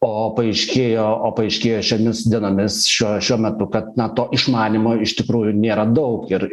o paaiškėjo o paaiškėjo šiomis dienomis šiuo šiuo metu kad na to išmanymo iš tikrųjų nėra daug ir